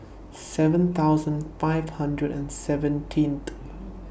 seven thousand five hundred and seventeenth